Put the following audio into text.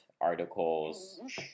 articles